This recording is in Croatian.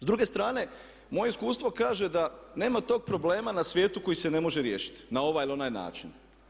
S druge strane moje iskustvo kaže da nema tog problema na svijetu koji se ne može riješiti na ovaj ili onaj način.